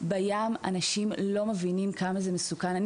אם הבן שלו היה לומד בבית הספר כמה זה מסוכן ואומר לאבא שלו,